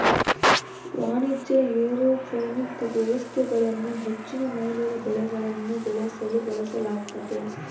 ವಾಣಿಜ್ಯ ಏರೋಪೋನಿಕ್ ವ್ಯವಸ್ಥೆಗಳನ್ನು ಹೆಚ್ಚಿನ ಮೌಲ್ಯದ ಬೆಳೆಗಳನ್ನು ಬೆಳೆಸಲು ಬಳಸಲಾಗ್ತತೆ